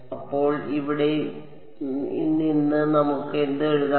അപ്പോൾ ഇവിടെ നിന്ന് നമുക്ക് എന്ത് എഴുതാം